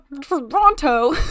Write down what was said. Toronto